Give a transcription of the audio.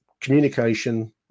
communication